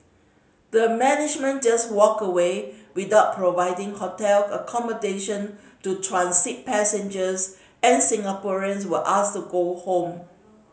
the management just walked away without providing hotel accommodation to transit passengers and Singaporeans were asked to go home